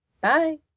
Bye